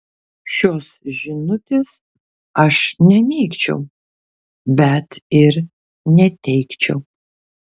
šios žinutės aš neneigčiau bet ir neteigčiau